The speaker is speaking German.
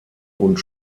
und